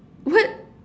what